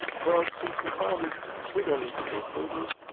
but since we found it we don't need to go further.